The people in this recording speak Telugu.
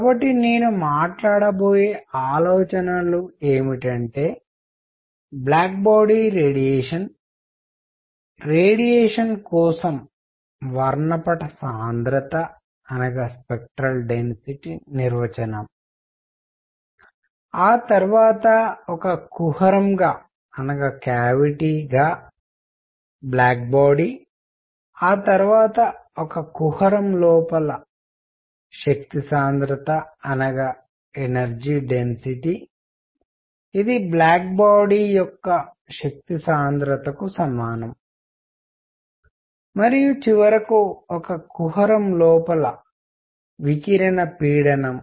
కాబట్టి నేను మాట్లాడబోయే ఆలోచనలు ఏమిటంటే బ్లాక్ బాడీ రేడియేషన్ రేడియేషన్ కోసం వర్ణపట సాంద్రత నిర్వచనం ఆ తరువాత ఒక కుహరం గా బ్లాక్ బాడీ ఆ తరువాత ఒక కుహరం లోపల శక్తి సాంద్రత ఇది బ్లాక్ బాడీ యొక్క శక్తి సాంద్రతకు సమానం మరియు చివరకు ఒక కుహరం లోపల వికిరణ పీడనం